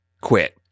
quit